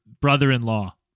brother-in-law